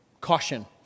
caution